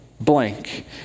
blank